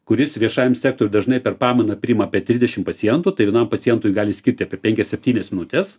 kuris viešajam sektoriui dažnai per pamainą priima apie trisdešim pacientų tai vienam pacientui gali skirti apie penkias septynias minutes